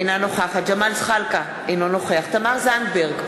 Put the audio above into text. אינה נוכחת ג'מאל זחאלקה, אינו נוכח תמר זנדברג,